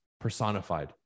personified